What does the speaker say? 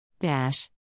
Dash